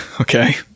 Okay